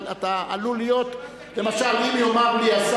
אבל עלול להיות, שהממשלה תגיש.